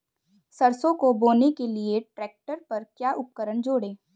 सरसों को बोने के लिये ट्रैक्टर पर क्या उपकरण जोड़ें?